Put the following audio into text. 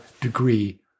degree